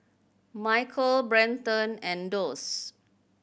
Michell Brenton and Doss